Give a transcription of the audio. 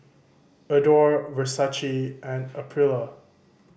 Adore Versace and Aprilia